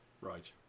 Right